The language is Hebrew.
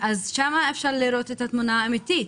אפשר לראות את התמונה האמיתית.